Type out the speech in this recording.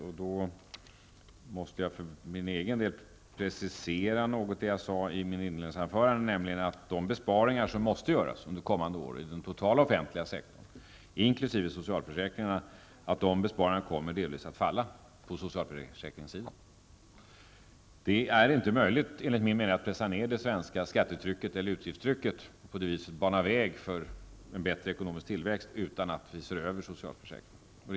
Jag måste något precisera det jag sade i inledningsanförandet, nämligen att de besparingar som måste göras under kommande år i den totala offentliga sektorn, inkl. socialförsäkringarna, delvis kommer att falla på socialförsäkringssidan. Det är inte möjligt att pressa ner det svenska utgiftstrycket och på det sättet bana väg för en bättre tillväxt utan att vi ser över socialförsäkringarna.